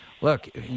look